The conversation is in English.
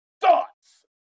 thoughts